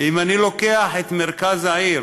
אם אני לוקח את מרכז העיר